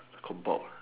compiled